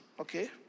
okay